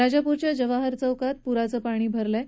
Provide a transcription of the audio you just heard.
राजापूरच्या जवाहर चौकात पुराचं पाणी भरलं आहे